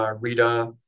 Rita